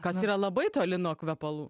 kas yra labai toli nuo kvepalų